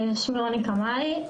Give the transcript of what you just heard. שמי רוני קמאי,